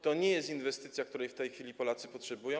To nie jest inwestycja, której w tej chwili Polacy potrzebują.